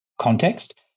context